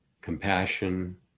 compassion